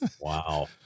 Wow